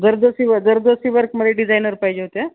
zardozi work zardozi वर्कमध्ये designer पाहिजे होत्या